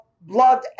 blood